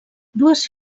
dues